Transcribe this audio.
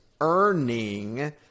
earning